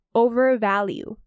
overvalue